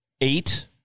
eight